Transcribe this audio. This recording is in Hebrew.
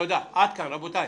רבותיי,